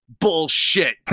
Bullshit